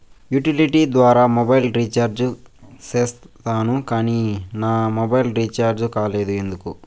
Utility ద్వారా mobile recharge సేసాను కానీ నా మొబైల్ రీచార్జి కాలేదు ఎందుకు?